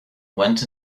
went